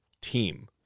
team